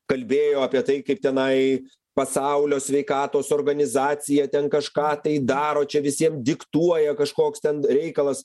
kalbėjo apie tai kaip tenai pasaulio sveikatos organizacija ten kažką tai daro čia visiem diktuoja kažkoks ten reikalas